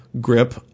grip